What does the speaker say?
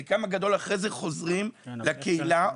חלקם הגדול חוזרים לקהילה,